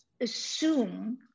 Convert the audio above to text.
assume